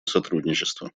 сотрудничества